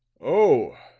oh,